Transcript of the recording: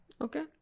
okay